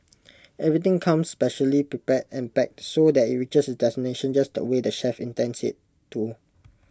everything comes specially prepared and packed so that IT reaches destination just the way the chefs intend IT to